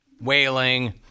wailing